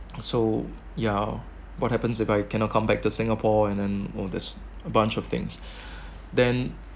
so ya what happens if I cannot come back to Singapore and then all this a bunch of things then